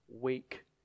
weak